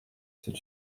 c’est